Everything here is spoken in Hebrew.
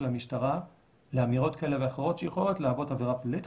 המשטרה לאמירות כאלה ואחרות שיכולות להוות עבירה פלילית,